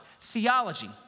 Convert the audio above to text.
Theology